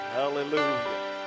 hallelujah